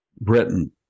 Britain